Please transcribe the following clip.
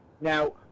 Now